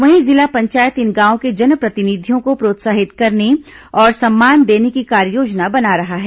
वहीं जिला पंचायत इन गांवों के जनप्रतिनिधियों को प्रोत्साहित करने और सम्मान देने की कार्ययोजना बना रहा है